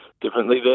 differently